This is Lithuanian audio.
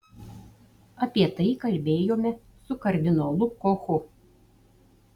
apie tai kalbėjome su kardinolu kochu